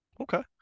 okay